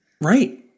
Right